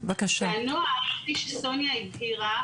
הנוהל כפי שסוניה הבהירה,